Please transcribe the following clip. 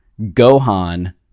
Gohan